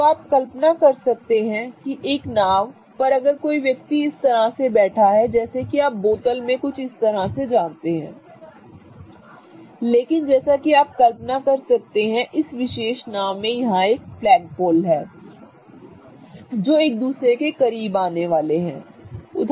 तो आप कल्पना कर सकते हैं कि एक नाव पर अगर कोई व्यक्ति इस तरह से बैठा है जैसे कि आप बोतल में कुछ इस तरह से जानते हैं लेकिन जैसा कि आप कल्पना कर सकते हैं कि इस विशेष नाव में यहां फ्लैगपोल हैं जो एक दूसरे के करीब आने वाले हैं ठीक है